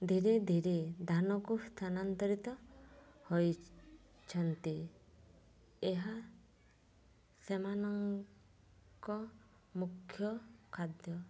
ଧିରେ ଧିରେ ଧାନକୁ ସ୍ଥାନାନ୍ତରିତ ହୋଇଛନ୍ତି ଏହା ସେମାନଙ୍କ ମୁଖ୍ୟ ଖାଦ୍ୟ